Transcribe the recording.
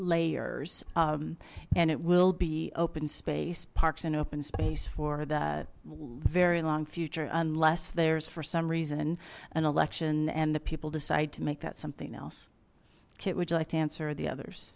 lairs and it will be open space parks and open space for the very long future unless there's for some reason an election and the people decide to make that something else kitt would you like to answer the others